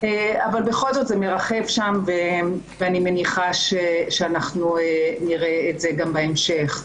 אבל בכל זאת זה מרחף שם ואני מניחה שאנחנו נראה את זה גם בהמשך.